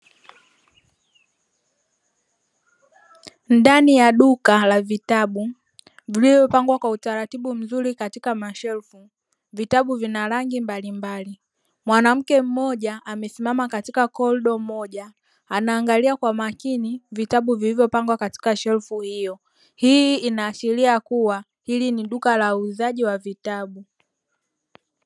Ndani ya duka la vitabu vilivyopangwa kwa utaratibu mzuri katika mashelfu vitabu vina rangi mbalimbali, mwanamke mmoja amesimama katika korido moja anaangalia kwa makini vitabu vilivyopangwa katika shelfu hiyo, hii inaashiria kuwa hili ni duka la uuzaji wa vitabu.